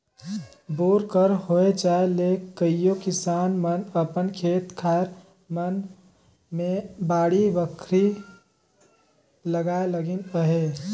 bore कर होए जाए ले कइयो किसान मन अपन खेते खाएर मन मे बाड़ी बखरी लगाए लगिन अहे